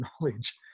knowledge